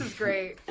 great.